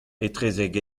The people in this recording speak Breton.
etrezek